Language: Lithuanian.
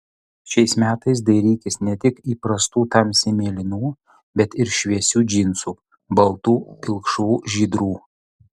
šiais metais dairykis ne tik įprastų tamsiai mėlynų bet ir šviesių džinsų baltų pilkšvų žydrų